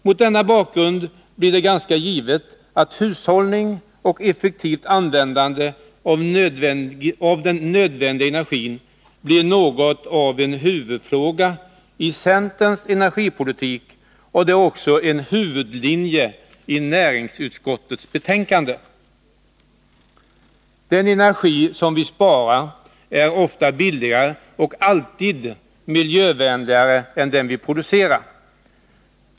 Mot denna bakgrund blir det ganska givet att hushållning och effektivt användande av den nödvändiga energin blir något av en huvudfråga i centerns energipolitik, och det är också en huvudlinje i näringsutskottets betänkande. Den energi som vi sparar är ofta billigare och alltid miljövänligare än den vi producerar.